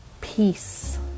peace